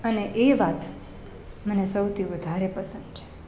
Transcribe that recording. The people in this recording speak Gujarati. અને એ વાત મને સૌથી વધારે પસંદ છે